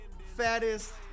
fattest